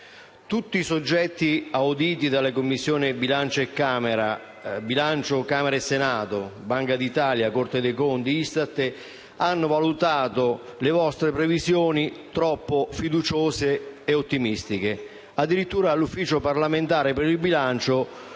Tutti i soggetti auditi dalle Commissioni bilancio di Camera e Senato - Banca d'Italia, Corte dei conti, ISTAT - hanno valutato le vostre previsioni come troppo fiduciose e ottimistiche. Addirittura l'Ufficio parlamentare di bilancio